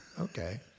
Okay